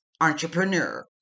entrepreneur